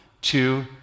two